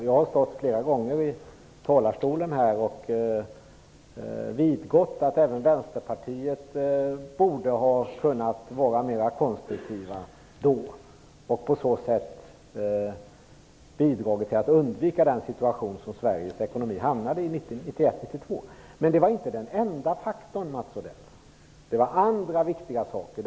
Jag har flera gånger stått i talarstolen och vidgått att även vi i Vänsterpartiet borde då ha kunnat vara mera konstruktiva och på så sätt bidragit till att undvika den situationen som Sveriges ekonomi hamnade i 1991 och 1992. Men det var inte den enda faktorn, Mats Odell. Det hände andra viktiga saker.